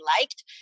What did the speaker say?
liked